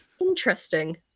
Interesting